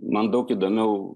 man daug įdomiau